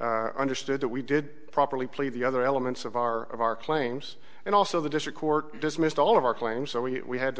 understood that we did properly plead the other elements of our of our claims and also the district court dismissed all of our claims so we had